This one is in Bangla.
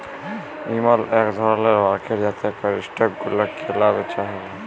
ইমল ইক ধরলের মার্কেট যাতে ক্যরে স্টক গুলা ক্যালা বেচা হচ্যে